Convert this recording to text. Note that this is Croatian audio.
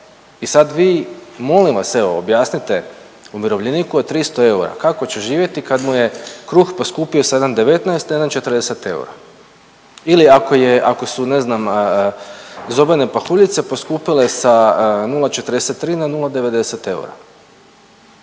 i sad vi, molim vas evo objasnite umirovljeniku od 300 eura kako će živjeti kad mu je kruh poskupio sa 7,19 na 1,40 eura ili ako je, ako su ne znam zobene pahuljice poskupile sa 0,43 na 0,90 eura?